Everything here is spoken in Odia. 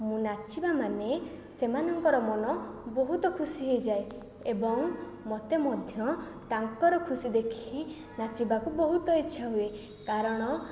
ମୁଁ ନାଚିବା ମାନେ ସେମାନଙ୍କର ମନ ବହୁତ ଖୁସି ହୋଇଯାଏ ଏବଂ ମୋତେ ମଧ୍ୟ ତାଙ୍କର ଖୁସି ଦେଖି ନାଚିବାକୁ ବହୁତ ଇଚ୍ଛା ହୁଏ କାରଣ